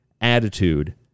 attitude